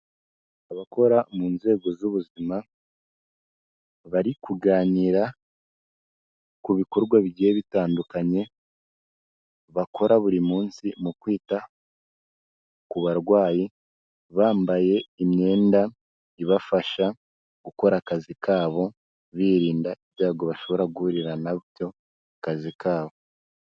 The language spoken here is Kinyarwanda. Abakora mu nzego z'ubuzima, bari kuganira ku bikorwa bigiye bitandukanye, bakora buri munsi mu kwita ku barwayi, bambaye imyenda ibafasha gukora akazi kabo, birinda ibyago bashobora guhurira nabyo mu kazi kabo.